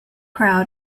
crowd